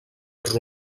els